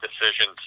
decisions